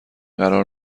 قرار